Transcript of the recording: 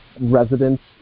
residents